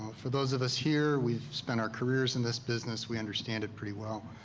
for those of us here, we've spent our careers in this business, we understand it pretty well,